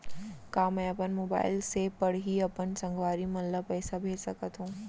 का मैं अपन मोबाइल से पड़ही अपन संगवारी मन ल पइसा भेज सकत हो?